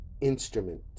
instrument